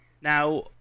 Now